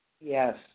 Yes